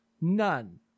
None